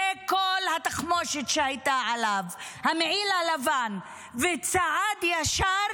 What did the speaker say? זו כל התחמושת שהייתה עליו, המעיל הלבן, וצעד ישר